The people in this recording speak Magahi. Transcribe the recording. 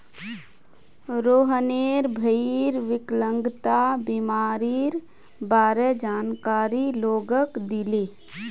रोहनेर भईर विकलांगता बीमारीर बारे जानकारी लोगक दीले